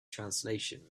translation